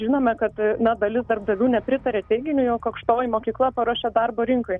žinome kad na dalis darbdavių nepritaria teiginiui jog aukštoji mokykla paruošia darbo rinkai